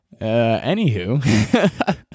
anywho